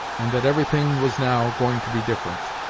and that everything was now going to be different.